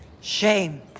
Shame